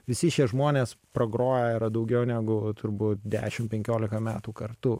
visi šie žmonės pragroję yra daugiau negu turbūt dešim penkiolika metų kartu